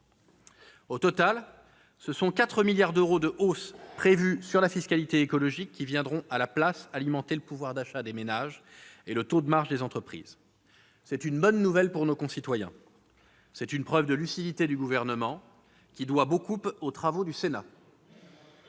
Au total, ce sont 4 milliards d'euros de hausse prévue de la fiscalité écologique qui viendront à la place alimenter le pouvoir d'achat des ménages et le taux de marge des entreprises. C'est une bonne nouvelle pour nos concitoyens. C'est une preuve de lucidité du Gouvernement, qui doit beaucoup aux travaux du Sénat.